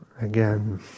again